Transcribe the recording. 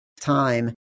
time